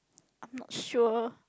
I'm not sure